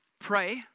Pray